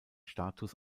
status